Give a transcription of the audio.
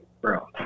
bro